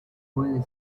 puede